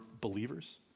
believers